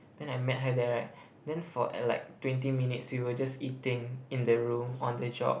then I met her there right then for like twenty minutes we were just eating in the room on the job